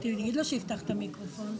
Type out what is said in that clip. שמח שציפי נפרדת מהכנסת,